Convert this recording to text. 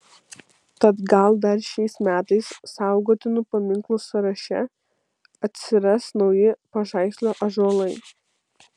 tad gal dar šiais metais saugotinų paminklų sąraše atsiras nauji pažaislio ąžuolai